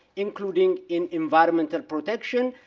including in environmental protection,